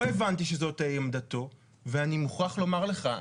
לא הבנתי שזאת עמדתו ואני מוכרח לומר לך,